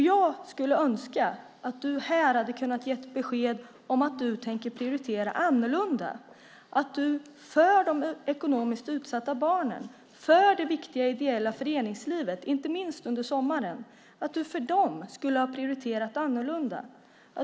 Jag skulle önska att du här hade kunnat ge besked om att du tänker prioritera annorlunda, och att du för de ekonomiskt utsatta barnen och det viktiga ideella föreningslivet skulle ha prioriterat annorlunda.